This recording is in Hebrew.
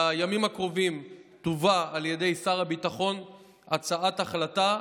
בימים הקרובים תובא על ידי שר הביטחון הצעת החלטה